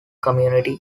community